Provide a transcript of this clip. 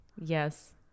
Yes